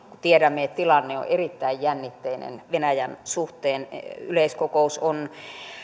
tiedämme että tilanne on erittäin jännitteinen venäjän suhteen yleiskokous on